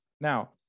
Now